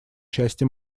части